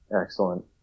excellent